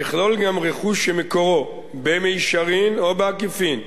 יכלול גם רכוש שמקורו, במישרין או בעקיפין,